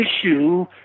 issue